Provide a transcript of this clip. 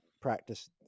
practice